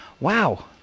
Wow